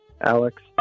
Alex